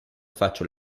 faccio